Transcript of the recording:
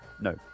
no